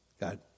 God